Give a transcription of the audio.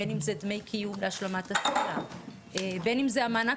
בין אם זה דמי קיום להשלמת --- בין אם זה המענק